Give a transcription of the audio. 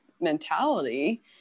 mentality